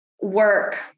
work